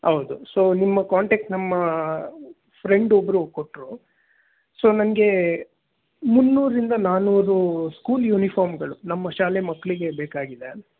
ಹೌದು ಸೊ ನಿಮ್ಮ ಕಾಂಟಾಕ್ಟ್ ನಮ್ಮ ಫ್ರೆಂಡ್ ಒಬ್ಬರು ಕೊಟ್ಟರು ಸೊ ನನಗೆ ಮುನ್ನೂರರಿಂದ ನಾಲ್ನೂರು ಸ್ಕೂಲ್ ಯೂನಿಫಾರ್ಮ್ಗಳು ನಮ್ಮ ಶಾಲೆ ಮಕ್ಕಳಿಗೆ ಬೇಕಾಗಿದೆ